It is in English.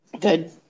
good